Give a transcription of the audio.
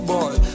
Boy